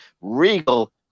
Regal